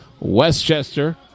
Westchester